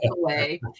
away